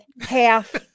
half